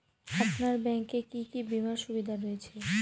আপনার ব্যাংকে কি কি বিমার সুবিধা রয়েছে?